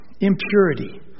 impurity